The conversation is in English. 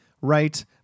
right